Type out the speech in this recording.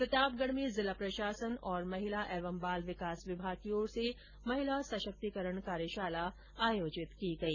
प्रतापगढ में जिला प्रशासन और महिला एवं बाल विकास विभाग की ओर से महिला सशक्तिकरण कार्यशाला आयोजित की गई